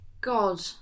God